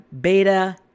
beta